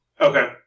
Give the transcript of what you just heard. Okay